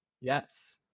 Yes